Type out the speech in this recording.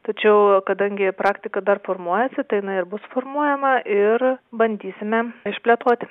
tačiau kadangi praktika dar formuojasi tai jinai ir bus formuojama ir bandysime išplėtoti